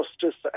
justice